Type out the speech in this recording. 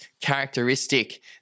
characteristic